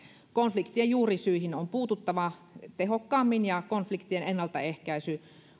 konfliktien juurisyihin on puututtava tehokkaammin ja konfliktien ennaltaehkäisy